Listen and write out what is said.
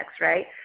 right